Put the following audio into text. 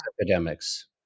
epidemics